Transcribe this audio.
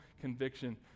conviction